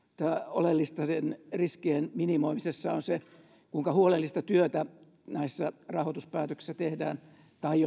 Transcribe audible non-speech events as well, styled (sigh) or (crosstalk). oleellista riskien minimoimisessa on se kuinka huolellista työtä näissä rahoituspäätöksissä tehdään tai (unintelligible)